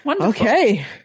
Okay